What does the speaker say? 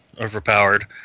overpowered